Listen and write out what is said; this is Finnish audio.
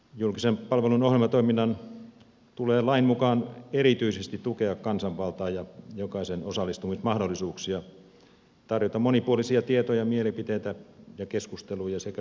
julkisen palvelun ohjelmatoiminnan tulee lain mukaan erityisesti tukea kansanvaltaa ja jokaisen osallistumismahdollisuuksia tarjota monipuolisia tietoja mielipiteitä ja keskusteluja sekä vuorovaikutusmahdollisuuksia